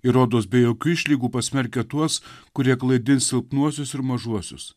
ir rodos be jokių išlygų pasmerkia tuos kurie klaidins silpnuosius ir mažuosius